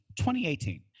2018